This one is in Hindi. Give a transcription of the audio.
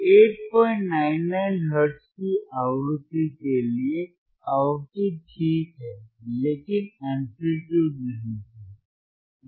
5899 हर्ट्ज की आवृत्ति के लिए आवृत्ति ठीक है लेकिन एंप्लीट्यूड नहीं है